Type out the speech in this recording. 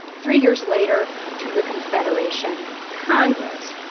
three years later, to the confederation congress.